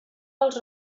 els